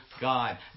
God